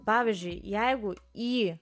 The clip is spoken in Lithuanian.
pavyzdžiui jeigu į